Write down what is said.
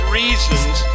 reasons